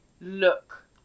look